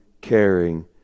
caring